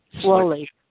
slowly